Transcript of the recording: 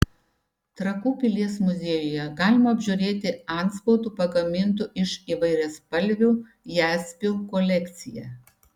trakų pilies muziejuje galime apžiūrėti antspaudų pagamintų iš įvairiaspalvių jaspių kolekciją